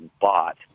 bought